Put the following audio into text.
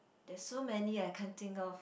there's so many I can't think of